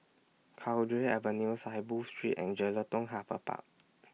Cowdray Avenue Saiboo Street and Jelutung Harbour Park